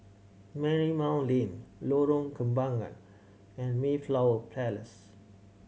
Marymount Lane Lorong Kembagan and Mayflower Place